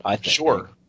Sure